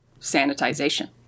Sanitization